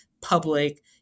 public